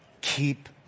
Keep